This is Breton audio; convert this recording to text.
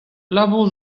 labour